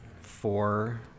four